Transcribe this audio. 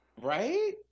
Right